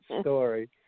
story